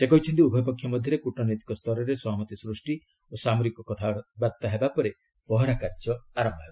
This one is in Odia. ସେ କହିଛନ୍ତି ଉଭୟ ପକ୍ଷ ମଧ୍ୟରେ କୁଟନୈତିକ ସ୍ତରରେ ସହମତି ସୂଷ୍ଟି ଓ ସାମରିକ କଥାବାର୍ତ୍ତା ହେବା ପରେ ପହରା କାର୍ଯ୍ୟ ଆରୟ ହେବ